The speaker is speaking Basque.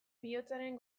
bihotzaren